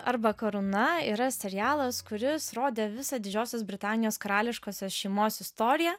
arba karūna yra serialas kuris rodė visą didžiosios britanijos karališkosios šeimos istoriją